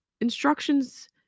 instructions